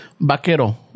vaquero